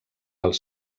els